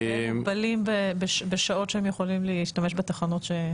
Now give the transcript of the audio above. הם מוגבלים בשעות שהם יכולים להשתמש בתחנות?